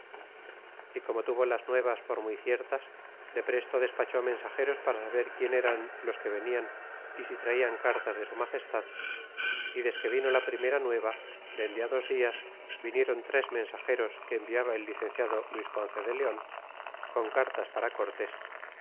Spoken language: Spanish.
y como tuvo las nuevas por muy ciertas depresto despacho mensageros para saber quien eran los que venian y si traian cartas de su magestad y desque vino la primera nueva dende dos dias vinikon tres mensageros que enviaba el licenciado luis ponce de leon con cartas para